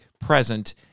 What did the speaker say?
present